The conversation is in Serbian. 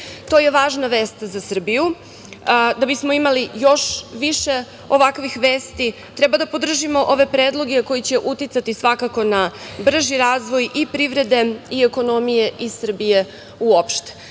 To je važna vest za Srbiju. Da bismo imali još više ovakvih vesti, treba da podržimo ove predloge koji će uticati, svakako, na brži razvoj i privrede i ekonomije i Srbije uopšte. Sasvim